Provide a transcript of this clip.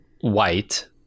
white